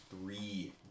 three